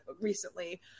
recently